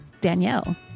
Danielle